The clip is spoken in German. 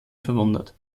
verwundet